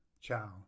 Ciao